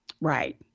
Right